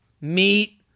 meet